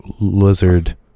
lizard